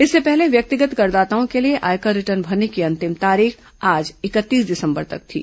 इससे पहले व्यक्तिगत करदाताओं के लिए आयकर रिटर्न भरने की अंतिम तारीख आज इकतीस दिसंबर तक थी